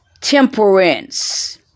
temperance